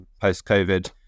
post-COVID